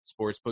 sportsbook